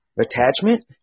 attachment